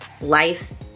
Life